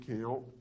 count